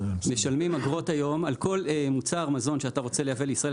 משלמים אגרות היום על כל מוצר או מזון שאתה רוצה לייבא לישראל,